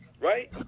right